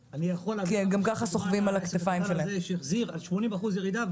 גם ככה הם סוחבים על הכתפיים ------ זה שהחזיר על 80% ירידה,